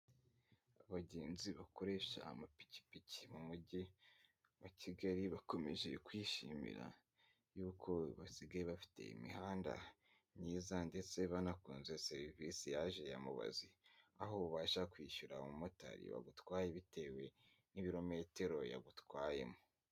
Abagenzi bakoresha amapikipiki mu mujyi wa Kigali bakomeje kwishimira yuko basigaye bafite imihanda myiza ndetse banakunze serivisi yaje ya mubazi, aho ubasha kwishyura umumotari wagutwaye bitewe n'ibirometero yagutwayemo.